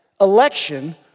election